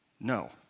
No